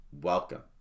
welcome